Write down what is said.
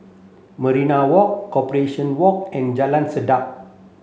Maria Walk Corporation Walk and Jalan Sedap